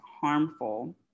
harmful